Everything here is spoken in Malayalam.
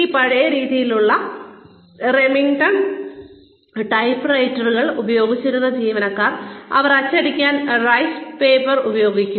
ഈ പഴയ രീതിയിലുള്ള റെമിംഗ്ടൺ ടൈപ്പ്റൈറ്ററുകൾ ഉപയോഗിച്ചിരുന്ന ജീവനക്കാർ അവർ അച്ചടിക്കാൻ റൈസ് പേപ്പർ ഉപയോഗിക്കുന്നു